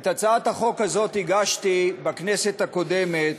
את הצעת החוק הזאת הגשתי בכנסת הקודמת,